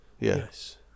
Yes